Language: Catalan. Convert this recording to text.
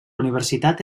universitat